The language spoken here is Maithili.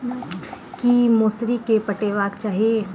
की मौसरी केँ पटेबाक चाहि?